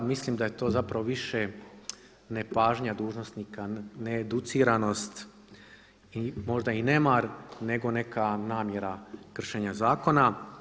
Mislim da je to zapravo više nepažnja dužnosnika, needuciranost i možda i nemar nego neka namjera kršenja zakona.